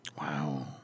Wow